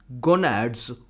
Gonads